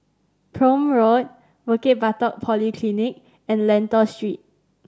Prome Road Bukit Batok Polyclinic and Lentor Street